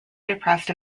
depressed